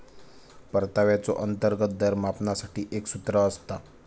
परताव्याचो अंतर्गत दर मापनासाठी एक सूत्र असता